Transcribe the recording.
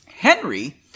Henry